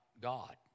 God